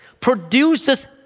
produces